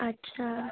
अच्छा